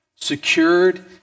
secured